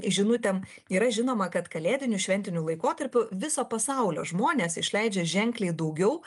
žinutėm yra žinoma kad kalėdiniu šventiniu laikotarpiu viso pasaulio žmonės išleidžia ženkliai daugiau